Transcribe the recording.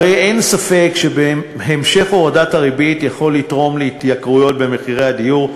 הרי אין ספק שהמשך הורדת הריבית יכול לתרום להתייקרויות במחירי הדיור,